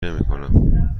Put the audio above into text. نمیکنم